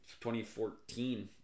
2014